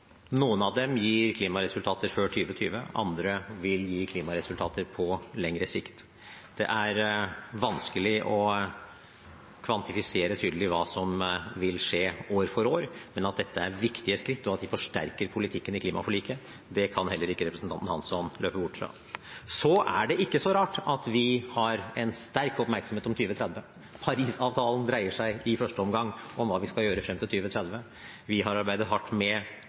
Noen av dem gir klimaresultater før 2020, andre vil gi klimaresultater på lengre sikt. Det er vanskelig å kvantifisere tydelig hva som vil skje år for år, men at dette er viktige skritt og at de forsterker politikken i klimaforliket kan heller ikke representanten Hansson løpe bort fra. Så er det ikke så rart at vi har en sterk oppmerksomhet på 2030. Paris-avtalen dreier seg i første omgang om hva vi skal gjøre frem til 2030. Vi har arbeidet hardt med